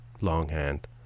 longhand